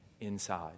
inside